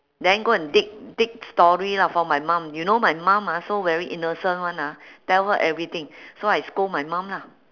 then go and dig dig story lah for my mum you know my mum ah so very innocent [one] ah tell her everything so I scold my mum lah